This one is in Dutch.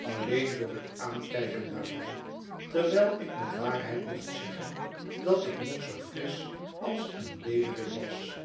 alleen door het aankijken daarvan terwijl ik met waarheid mocht zeggen dat ik nog zoo frisch als een leeuwerik was